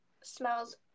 Smells